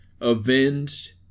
avenged